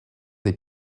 des